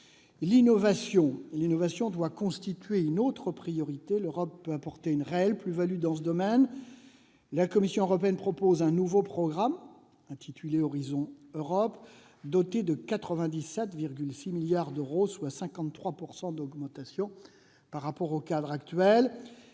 L'innovation doit constituer une autre priorité. L'Europe peut apporter une réelle plus-value dans ce domaine. La Commission européenne propose un nouveau programme, intitulé, doté de 97,6 milliards d'euros, soit 53 % d'augmentation par rapport au cadre actuel.